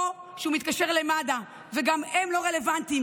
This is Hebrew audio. שהוא מתקשר למד"א וגם הם לא רלוונטיים,